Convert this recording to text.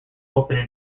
opened